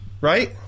right